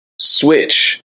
switch